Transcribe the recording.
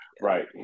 Right